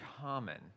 common